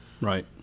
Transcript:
Right